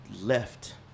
left